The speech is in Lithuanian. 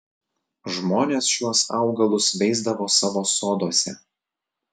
žmonės šiuos augalus veisdavo savo soduose